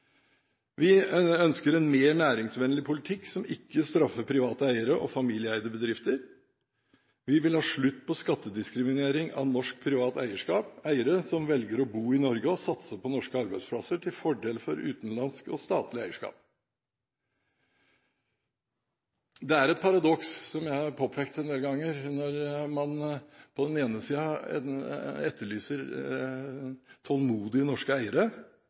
tjenesteyting. Vi ønsker en mer næringsvennlig politikk som ikke straffer private eiere og familieeide bedrifter. Vi vil ha slutt på skattediskriminering av norsk privat eierskap – eiere som velger å bo i Norge og satse på norske arbeidsplasser – til fordel for utenlandsk og statlig eierskap. Det er et paradoks, som jeg har påpekt en del ganger, at man etterlyser tålmodige norske eiere